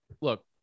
look